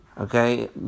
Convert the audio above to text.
Okay